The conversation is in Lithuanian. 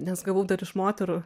nes gavau dar iš moterų